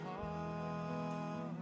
heart